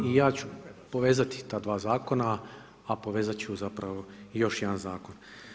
I ja ću povezati ta dva zakona, a povezat ću zapravo i još jedan zakon.